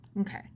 Okay